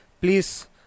please